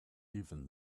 even